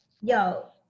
yo